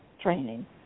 training